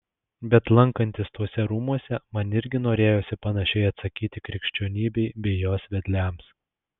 bet lankantis tuose rūmuose man irgi norėjosi panašiai atsakyti krikščionybei bei jos vedliams